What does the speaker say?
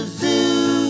zoo